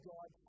God